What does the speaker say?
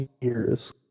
years